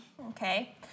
Okay